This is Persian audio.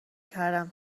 کردم